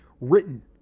written